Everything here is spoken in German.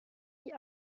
die